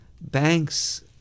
banks